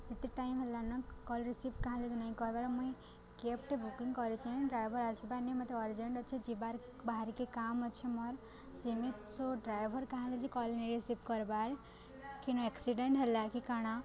ଏତେ ଟାଇମ୍ ହେଲାନ call receive କାଁ ହେଲା ଯେ ନାଇଁ କର୍ବାର୍ ମୁଇଁ କେବ୍ଟେ ବୁକିଂ କରିଚେଁ ଡ୍ରାଇଭର୍ ଆସ୍ବାର୍ ନି ମତେ ଅର୍ଜେଣ୍ଟ୍ ଅଛେ ଯିବାର୍ ବାହାର୍କେ କାମ୍ ଅଛେ ମୋର୍ ଯେମିତି ସୋ ଡ୍ରାଇଭର୍ କାଁ ହେଲା ଯେ କଲ୍ ନେଇଁ ରିସିଭ୍ କର୍ବାର୍ କେନୁ ଏକ୍ସିଡେଣ୍ଟ୍ ହେଲା କି କାଣା